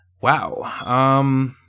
Wow